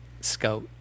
scout